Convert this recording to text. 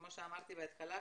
כמו שאמרתי בהתחלה,